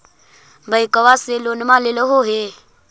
बैंकवा से लोनवा लेलहो हे?